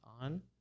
on